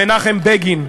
מנחם בגין.